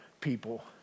people